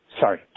Sorry